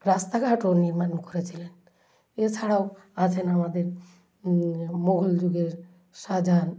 রাস্তাঘাটও নির্মাণ করেছিলেন এছাড়াও আছেন আমাদের মোঘল যুগের শাহজাহান